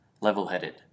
level-headed